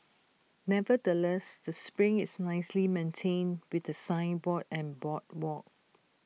nevertheless the spring is nicely maintained with A signboard and boardwalk